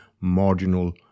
marginal